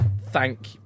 thank